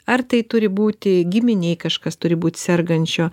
ar tai turi būti giminėj kažkas turi būt sergančio